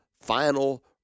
final